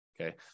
okay